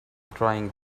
trying